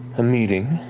a meeting?